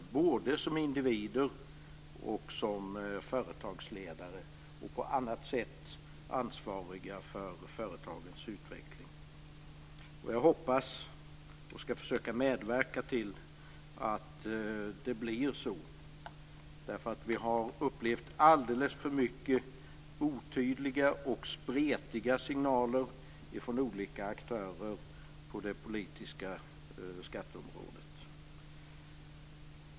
Det gäller både individer och företagsledare och dem som på annat sätt är ansvariga för företagens utveckling. Jag hoppas att det blir så, och jag skall försöka medverka till det, eftersom vi har upplevt alldeles för många otydliga och spretiga signaler från olika aktörer på det politiska området när det gäller skatter.